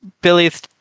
Billy's